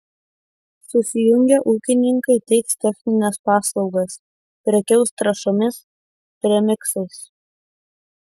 susijungę ūkininkai teiks technines paslaugas prekiaus trąšomis premiksais